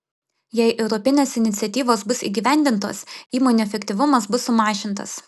jei europinės iniciatyvos bus įgyvendintos įmonių efektyvumas bus sumažintas